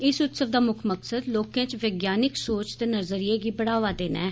इस उत्सव दा मुक्ख मकसद लोकें च वैज्ञानिक सोच ते नजरियै गी बढ़ावा देना ऐ